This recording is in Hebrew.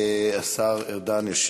השר ארדן ישיב.